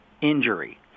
injury